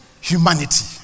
humanity